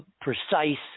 precise